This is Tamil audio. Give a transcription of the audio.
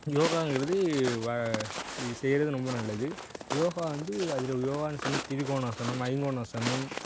யோகாங்கிறது வ இது செய்கிறது ரொம்ப நல்லது யோகா வந்து அதில் யோகான்னு சொன்னால் திரிகோணாசனம் ஐங்கோணாசனம்